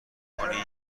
کنی